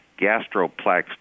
GastroPlex